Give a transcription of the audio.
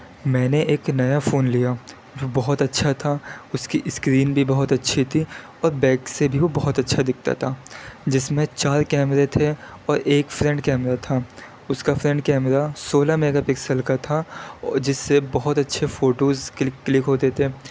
میں نے ایک نیا فون لیا وہ بہت اچھا تھا اس کی اسکرین بھی بہت اچھی تھی اور بیک سے بھی وہ بہت اچھا دکھتا تھا جس میں چار کیمرے تھے اور ایک فرنٹ کیمرہ تھا اس کا فرنٹ کیمرہ سولہ میگا پکسل کا تھا جس سے بہت اچھے فوٹوز کلک کلک ہوتے تھے